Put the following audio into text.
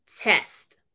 test